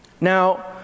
Now